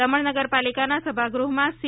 દમણ નગર પાલિકાના સભાગૃહમાં સી